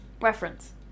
reference